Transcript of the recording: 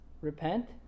repent